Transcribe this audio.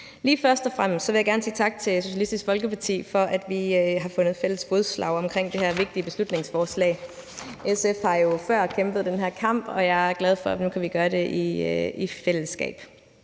Først og fremmest vil jeg gerne sige tak til Socialistisk Folkeparti for, at vi har fundet fælles fodslag omkring det her vigtige beslutningsforslag. SF har jo før kæmpet den her kamp, og jeg er glad for, at vi nu kan gøre det i fællesskab.